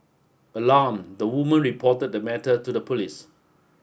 alarmed the woman reported the matter to the police